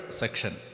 section